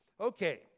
Okay